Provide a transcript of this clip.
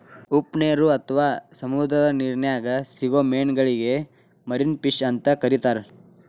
ಉಪ್ಪನೇರು ಅತ್ವಾ ಸಮುದ್ರದ ನಿರ್ನ್ಯಾಗ್ ಸಿಗೋ ಮೇನಗಳಿಗೆ ಮರಿನ್ ಫಿಶ್ ಅಂತ ಕರೇತಾರ